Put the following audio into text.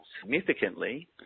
significantly